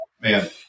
man